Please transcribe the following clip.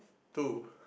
two